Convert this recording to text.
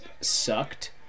sucked